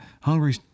Hungary